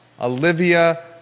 Olivia